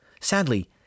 Sadly